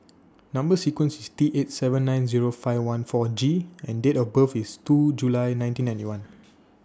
Number sequence IS T eight seven nine Zero five one four G and Date of birth IS two July nineteen ninety one